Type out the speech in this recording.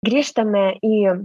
grįžtame į